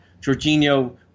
Jorginho